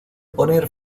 poner